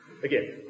Again